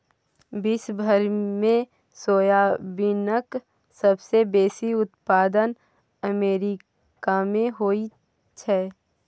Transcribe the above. विश्व भरिमे सोयाबीनक सबसे बेसी उत्पादन अमेरिकामे होइत छै